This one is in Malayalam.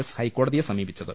എസ് ഹൈക്കോടതിയെ സമീപിച്ചത്